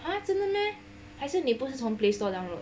!huh! 真的 meh 还是你不是从 Playstore download